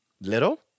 little